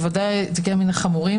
בוודאי תיקי המין החמורים,